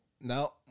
No